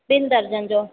ॿिनि दर्जन जो